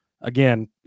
again